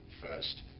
First